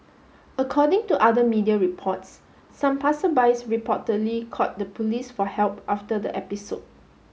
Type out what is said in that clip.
according to other media reports some passersbys reportedly called the police for help after the episode